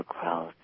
growth